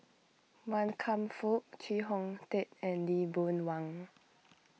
Wan Kam Fook Chee Hong Tat and Lee Boon Wang